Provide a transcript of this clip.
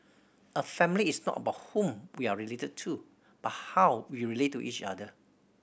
a family is not about whom we are related to but how we relate to each other